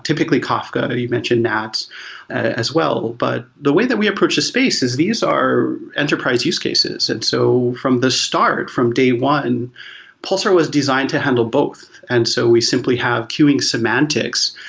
typically kafka, you mentioned nats as well. but the way that we approach the space is these are enterprise use cases. and so from the start, from day one pulsar was designed to handle both, and so we simply have queueing semantics,